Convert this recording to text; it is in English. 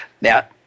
Now